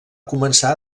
començar